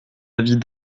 avis